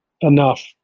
enough